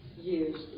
years